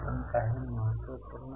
आपण मला मिळवत आहात